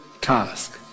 task